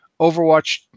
Overwatch